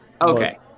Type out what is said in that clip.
Okay